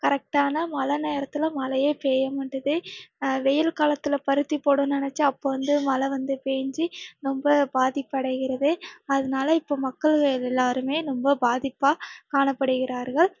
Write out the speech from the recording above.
கரெக்டான மழை நேரத்தில் மழையே பெய்யமாட்டுது வெயில் காலத்தில் பருத்தி போடணும்னு நினைச்சா அப்போ வந்து மழை வந்து பேய்ஞ்சி ரொம்ப பாதிப்பு அடைகிறது அதனால இப்போ மக்கள் எல்லோருமே ரொம்ப பாதிப்பாக காணப்படுகிறார்கள்